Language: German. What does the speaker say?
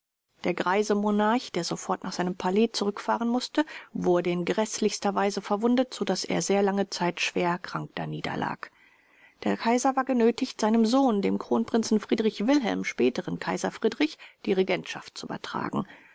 der greise monarch der sofort nach seinem palais zurückfahren mußte wurde in gräßlichster weise verwundet so daß er sehr lange zeit schwer krank daniederlag der kaiser war genötigt seinem sohn dem kronprinzen friedrich wilhelm späteren kaiser friedrich die regentschaft zu übertragen